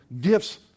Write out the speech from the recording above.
Gifts